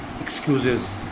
excuses